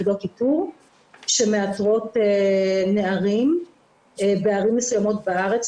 יחידות איתור שמאתרות נערים בערים מסוימות בארץ.